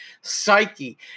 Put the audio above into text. psyche